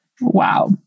Wow